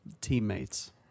teammates